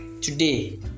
today